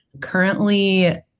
currently